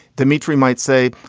dimitri might say,